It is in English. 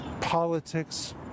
politics